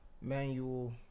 manual